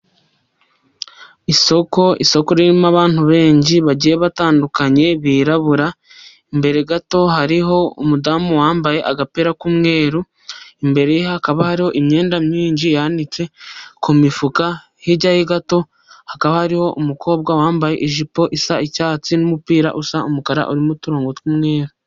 Isoko, isoko ririmo abantu benshi bagiye batandukanye birabura, imbere gato hariho umudamu wambaye agapira k'umweru, imbereye hakaba hariho imyenda myinshi yanitse ku mifuka, hirya ye gato hakaba hariho umukobwa wambaye ijipo isa icyatsi n'umupira usa umukara, urimo uturongo tw'umweru.